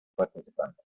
participantes